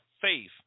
faith